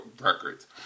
records